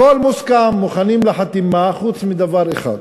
הכול מוסכם, מוכנים לחתימה, חוץ מדבר אחד: